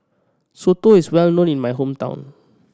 soto is well known in my hometown